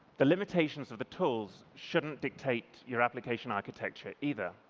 the limitations of the tools shouldn't dictate your application architecture either.